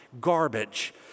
garbage